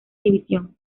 división